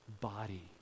body